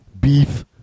Beef